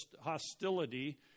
hostility